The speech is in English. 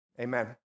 Amen